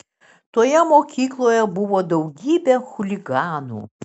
toje mokykloje buvo daugybė chuliganų